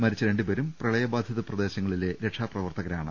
മരിച്ച രണ്ട് പേരും പ്രളയബാധിത പ്രദേശങ്ങളിലെ രക്ഷാപ്രവർത്ത കരാണ്